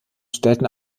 stellten